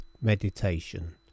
Meditation